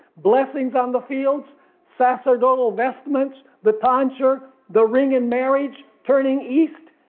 blessings on the fields sacerdotal vestments the tonsure, the ring in marriage, turning east,